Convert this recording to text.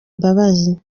imbabazi